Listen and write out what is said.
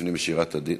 לפנים משורת הדין.